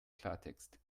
klartext